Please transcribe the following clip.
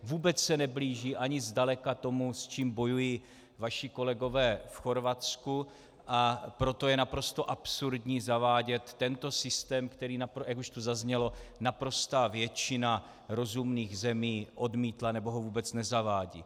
Vůbec se neblíží ani zdaleka tomu, s čím bojují vaši kolegové v Chorvatsku, a proto je naprosto absurdní zavádět tento systém, který, jak už to zaznělo, naprostá většina rozumných zemí odmítla nebo ho vůbec nezavádí.